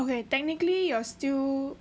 okay technically you're still